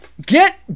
Get